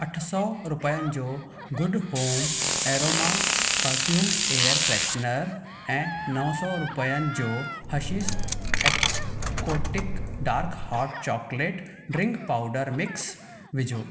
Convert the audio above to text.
अठ सौ रुपियनि जो good home aroma perfumed air freshener ऐं नव सौ रुपियनि जो Hershey's exotic dark hot chocolate drink powder mix विझो